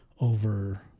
over